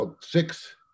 six